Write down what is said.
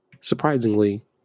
surprisingly